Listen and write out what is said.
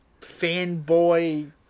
fanboy